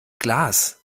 glas